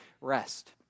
rest